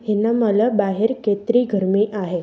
हिन महिल ॿाहिरि केतिरी गर्मी आहे